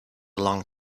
long